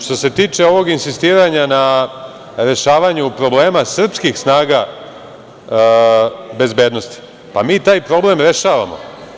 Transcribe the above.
Što se tiče ovog insistiranja na rešavanju problema srpskih snaga bezbednosti, mi taj problem rešavamo.